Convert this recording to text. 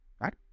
Right